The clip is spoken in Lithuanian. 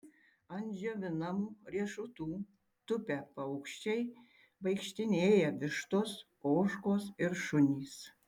ant džiovinamų riešutų tupia paukščiai vaikštinėja vištos ožkos ir šunys